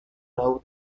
laut